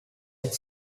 with